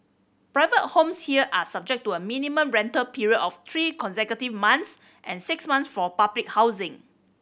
private homes here are subject to a minimum rental period of three consecutive months and six months for public housing